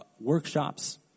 workshops